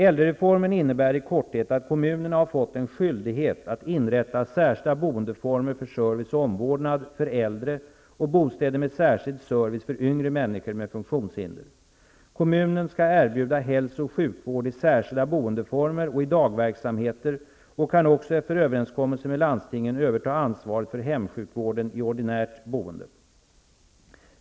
Äldrereformen innebär i korthet att kommunerna har fått en skyldighet att inrätta särskilda boendeformer för service och omvårdnad för äldre och bostäder med särskild service för yngre människor med funktionshinder. Kommunen skall erbjuda hälso och sjukvård i särskilda boendeformer och i dagverksamheter och kan också, efter överenskommelse med landstingen, överta ansvaret för hemsjukvården i ordinärt boende.